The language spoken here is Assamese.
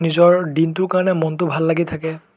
নিজৰ দিনটোৰ কাৰণে মনটো ভাল লাগি থাকে